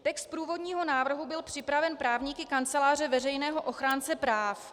Text průvodního návrh byl připraven právníky Kanceláře veřejného ochránce práv.